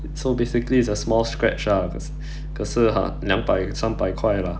so basically it's a small scratch ah 可是 ah 两百三百块 lah